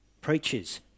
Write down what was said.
preachers